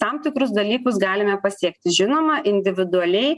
tam tikrus dalykus galime pasiekti žinoma individualiai